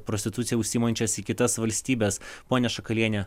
prostitucija užsiimančias į kitas valstybes ponia šakaliene